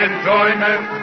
Enjoyment